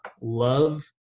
love